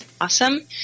awesome